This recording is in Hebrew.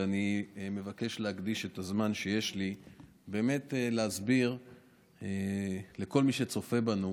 ואני מבקש להקדיש את הזמן שיש לי באמת להסביר לכל מי שצופה בנו